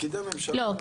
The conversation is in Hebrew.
תפקידים הממשלה --- לא,